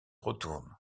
retourne